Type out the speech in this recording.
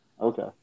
Okay